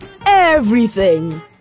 everything